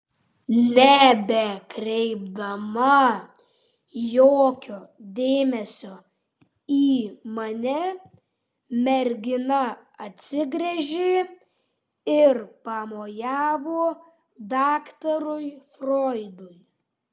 nebekreipdama jokio dėmesio į mane mergina atsigręžė ir pamojavo daktarui froidui